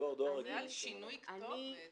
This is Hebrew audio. --- היא